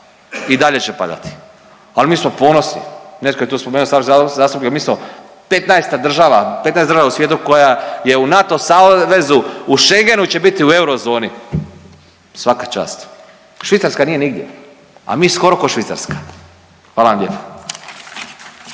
i dalje će padati. Ali mi smo ponosni, netko je tu spomenuo … zasluge jer mi smo 15. država 15 država u svijetu koja je u NATO savezu, u schengenu će biti i u eurozoni. Svaka čast. Švicarska nije nigdje, a mi skoro ko Švicarska. Hvala vam lijepo.